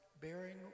bearing